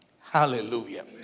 Hallelujah